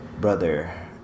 Brother